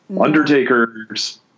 Undertaker's